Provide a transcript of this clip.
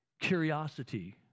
curiosity